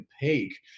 peak